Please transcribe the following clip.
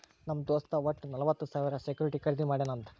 ನಮ್ ದೋಸ್ತ್ ವಟ್ಟ ನಲ್ವತ್ ಸಾವಿರ ಸೆಕ್ಯೂರಿಟಿ ಖರ್ದಿ ಮಾಡ್ಯಾನ್ ಅಂತ್